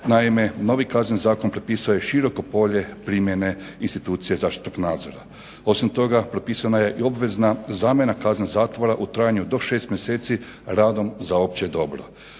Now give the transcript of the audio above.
Naime, novi Kazneni zakon propisuje široko polje primjene institucije zaštitnog nadzora. Osim toga, propisana je i obvezna zamjena kazne zatvora u trajanju do 6 mjeseci radom za opće dobro.